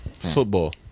Football